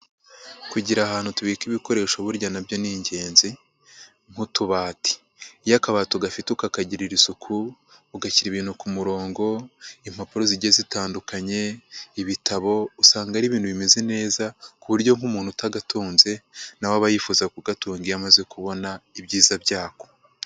Kugira ahantu tubika ibikoresho, burya na byo ni ingenzi. Nk’utubati, iyo akabati ugafite, ukakagirira isuku, ugashyira ibintu ku murongo, impapuro zijye zitandukana n’ibitabo, usanga ari ibintu bimeze neza ku buryo nk’umuntu utagatunze, aba yifuza kugatunga iyo amaze kubona ibyiza byako.